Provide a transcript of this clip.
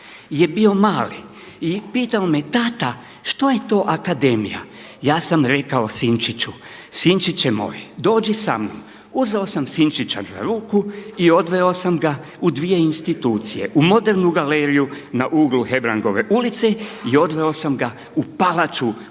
je bio mali i pitao me: Tata, što je to akademija. Ja sam rekao: Sinčiću, sinčiće moj, dođi sa mnom. Uzeo sam sinčića za ruku i odveo sam ga u dvije institucije, u modernu galeriju na uglu Hebrangove ulice i odveo sam ga u palaču,